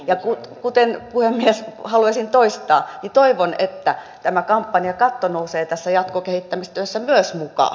ja kuten puhemies haluaisin toistaa toivon että myös tämä kampanjakatto nousee tässä jatkokehittämistyössä mukaan